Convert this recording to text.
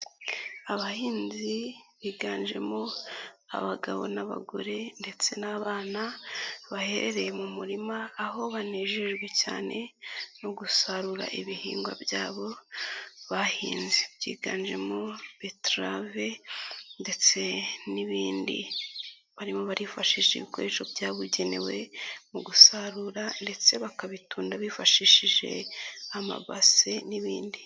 Abahinzi biganjemo abagabo n'abagore ndetse n'abana baherereye mu murima aho banejejwe cyane no gusarura ibihingwa byabo bahinze, byiganjemo betarave ndetse n'ibindi, barimo barifashisha ibikoresho byabugenewe mu gusarura ndetse bakabitunda bifashishije amabase n'ibindi.